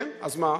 כן, אז מה?